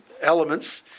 elements